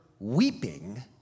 weeping